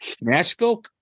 Nashville